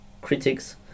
critics